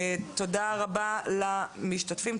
תודה רבה למשתתפים.